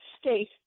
state